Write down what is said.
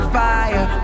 fire